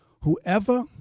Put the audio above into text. Whoever